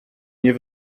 nie